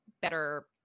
better